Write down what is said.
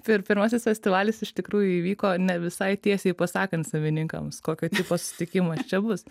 pir pirmasis festivalis iš tikrųjų įvyko ne visai tiesiai pasakant savininkams kokio tipo susitikimas čia bus